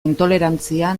intolerantzia